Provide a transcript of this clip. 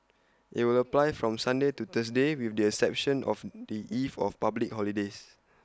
IT will apply from Sunday to Thursday with the exception of the eve of public holidays